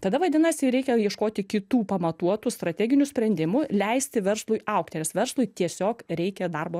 tada vadinasi reikia ieškoti kitų pamatuotų strateginių sprendimų leisti verslui augti nes verslui tiesiog reikia darbo